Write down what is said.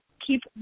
keep